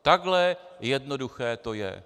Takhle jednoduché to je.